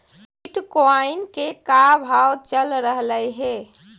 Bitcoin के का भाव चल रहलई हे?